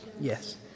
Yes